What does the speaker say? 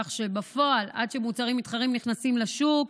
כך שבפועל עד שמוצרים מתחרים נכנסים לשוק